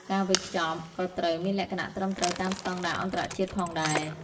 ការវេចខ្ចប់ក៏ត្រូវមានលក្ខណៈត្រឹមត្រូវតាមស្ដង់ដារអន្តរជាតិផងដែរ។